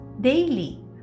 daily